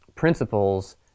Principles